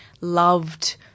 loved